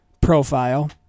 profile